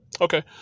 Okay